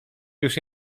już